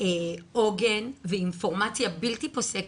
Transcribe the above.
עוגן ואינפורמציה בלתי פוסקת.